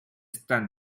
stand